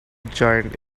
giant